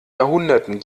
jahrhunderten